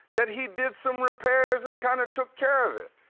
that he did some repairs and kind of took care of it.